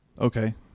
Okay